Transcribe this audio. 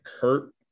hurt